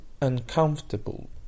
uncomfortable